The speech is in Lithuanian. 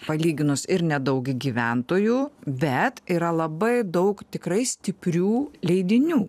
palyginus ir nedaug gyventojų bet yra labai daug tikrai stiprių leidinių